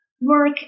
work